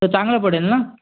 तर चांगला पडेल ना